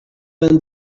vingt